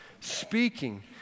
speaking